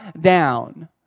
down